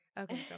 Okay